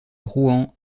rouen